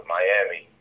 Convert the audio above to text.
Miami